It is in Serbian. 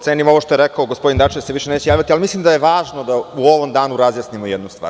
Cenim ovo što je rekao gospodin Dačić da se više neće javljati, ali mislim da je važno da u ovom danu razjasnimo jednu stvar.